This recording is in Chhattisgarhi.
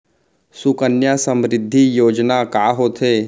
सुकन्या समृद्धि योजना का होथे